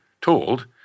told